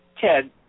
Ted